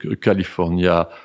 California